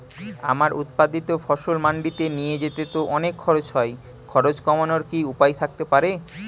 আমার উৎপাদিত ফসল মান্ডিতে নিয়ে যেতে তো অনেক খরচ হয় খরচ কমানোর কি উপায় থাকতে পারে?